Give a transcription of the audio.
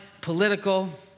political